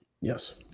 Yes